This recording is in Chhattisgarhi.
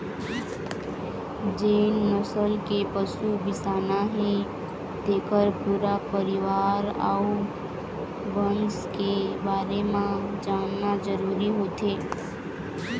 जेन नसल के पशु बिसाना हे तेखर पूरा परिवार अउ बंस के बारे म जानना जरूरी होथे